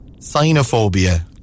Sinophobia